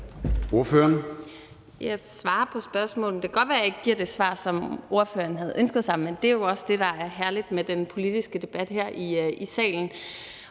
Jeg svarer på spørgsmålet, men det kan godt være, jeg ikke giver det svar, som spørgeren havde ønsket sig, men det er jo også det, der er herligt med den politiske debat her i salen.